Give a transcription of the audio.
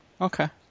Okay